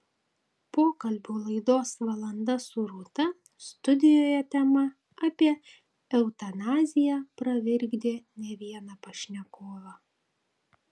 pokalbių laidos valanda su rūta studijoje tema apie eutanaziją pravirkdė ne vieną pašnekovą